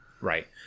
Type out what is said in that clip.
right